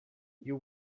you